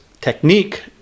technique